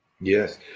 Yes